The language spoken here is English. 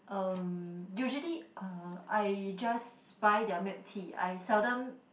uh usually uh I just buy their milk tea I seldom